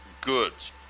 goods